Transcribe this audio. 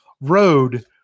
road